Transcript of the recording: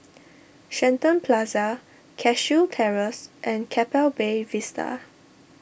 Shenton Plaza Cashew Terrace and Keppel Bay Vista